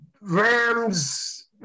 Rams